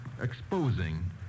Exposing